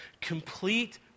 complete